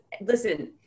listen